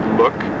look